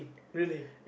really